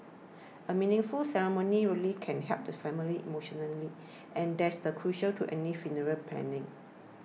a meaningful ceremony really can help the family emotionally and that is crucial to any funeral planning